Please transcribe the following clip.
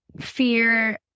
fear